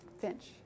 Finch